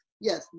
yes